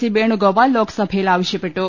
C Venugopal ലോക്സഭയിൽ ആവശ്യപ്പെട്ടു